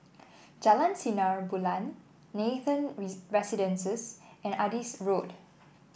Jalan Sinar Bulan Nathan Residences and Adis Road